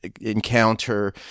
encounter